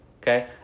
okay